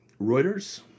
Reuters